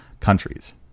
countries